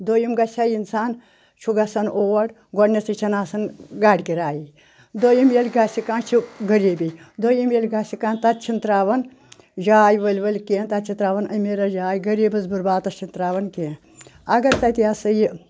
دویِم گژھِ ہا اِنسان چھُ گژھان اور گۄڈنؠتھٕے چھَنہٕ آسان گاڑِ کِرَایی دویِم ییٚلہِ گژھِ کانٛہہ چھُ غریٖبی دویِم ییٚلہِ گژھِ کانٛہہ تَتہِ چھِنہٕ ترٛاوان جاے ؤلۍ ؤلۍ کینٛہہ تَتہِ چھِ ترٛاوان أمیٖرَس جاے غریٖبَس بُرباتَس چھِنہٕ ترٛاوان کینٛہہ اگر تَتہِ یِہ ہسا یہِ